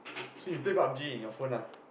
so you play pub-G in your phone ah